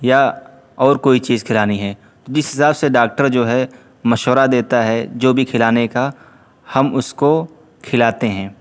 یا اور کوئی چیز کھلانی ہے جس حساب سے ڈاکٹر جو ہے مشورہ دیتا ہے جو بھی کھلانے کا ہم اس کو کھلاتے ہیں